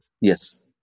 Yes